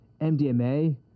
MDMA